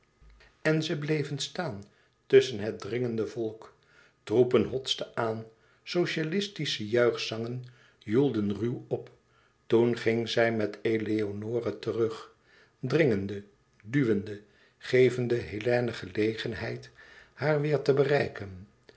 en ze bleven staan tusschen het dringende volk troepen hotsten aan socialistische juichzangen joedelden ruw op toen ging zij met eleonore terug dringende duwende gevende hélène gelegenheid haar weêr te bereiken